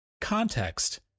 context